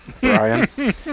Brian